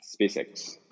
SpaceX